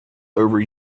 over